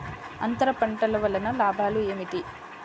అంతర పంటల వలన లాభాలు ఏమిటి?